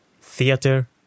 theatre